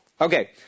Okay